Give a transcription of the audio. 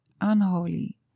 Unholy